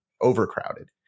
overcrowded